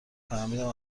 فهمیدم